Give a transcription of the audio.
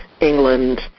England